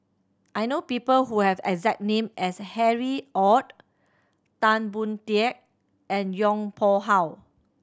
I know people who have exact name as Harry Ord Tan Boon Teik and Yong Pung How